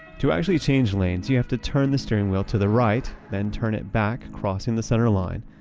to actually change lanes, you have to turn the steering wheel to the right, then turn it back, crossing the center line,